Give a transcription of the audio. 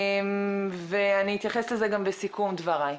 אני אתייחס לזה גם בסיכום דבריי.